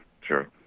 Sure